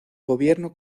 gobierno